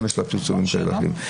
לא פר סוג כן קנס לא,